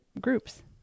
groups